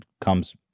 comes